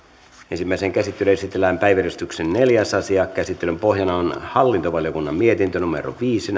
ensimmäiseen käsittelyyn esitellään päiväjärjestyksen neljäs asia käsittelyn pohjana on hallintovaliokunnan mietintö viisi